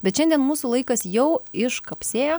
bet šiandien mūsų laikas jau iškapsėjo